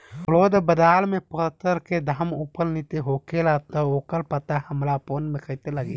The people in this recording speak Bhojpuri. रोज़ बाज़ार मे फसल के दाम ऊपर नीचे होखेला त ओकर पता हमरा फोन मे कैसे लागी?